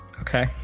okay